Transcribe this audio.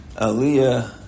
Aliyah